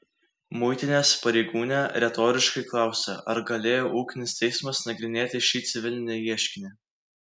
muitinės pareigūnė retoriškai klausia ar galėjo ūkinis teismas nagrinėti šį civilinį ieškinį